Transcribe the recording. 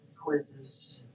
quizzes